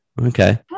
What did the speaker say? Okay